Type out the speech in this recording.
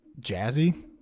jazzy